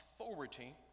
authority